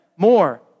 More